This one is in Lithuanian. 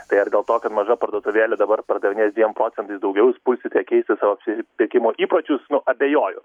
tai ar dėl to kad maža parduotuvėlė dabar pardavinės dviem procentais daugiau jūs pulsite keisti savo apsipirkimo įpročius nu abejoju